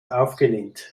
aufgelehnt